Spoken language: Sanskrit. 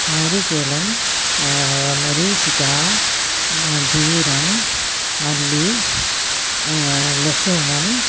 नारिकेलं मरीचिका जीरं मल्लि लशुनं